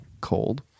cold